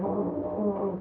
oh